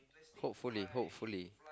hopefully hopefully